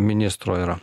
ministro yra